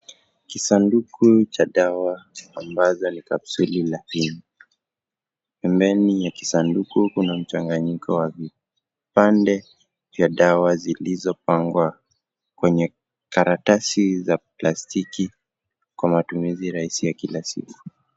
Kisanduku cha dawa cha ambaza ni kapsuli la pili. Remeni ya kisanduku kuna mchanganyiko wa vipande vya dawa zilizopangwa kwenye karatasi za plastiki kwa matumizi rahisi ya kila siku.